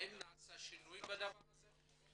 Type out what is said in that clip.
האם נעשה שינוי בדבר הזה?